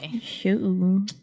Sure